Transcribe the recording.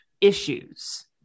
issues